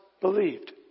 believed